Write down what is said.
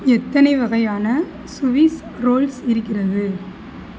எத்தனை வகையான Swiss rolls இருக்கிறது